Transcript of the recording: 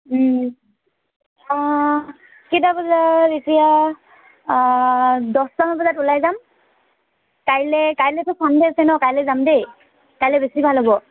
অঁ কেইটা বজাত এতিয়া দছটামান বজাত ওলাই যাম কাইলৈ কাইলৈতো চানডে আছে ন কাইলৈ যাম দেই কাইলৈ বেছি ভাল হ'ব